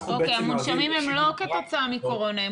המונשמים הם לא כתוצאה מקורונה,